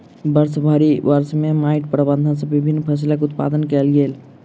वर्षभरि वर्ष में माइट प्रबंधन सॅ विभिन्न फसिलक उत्पादन कयल गेल